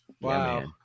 Wow